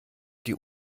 die